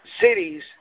cities